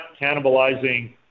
cannibalizing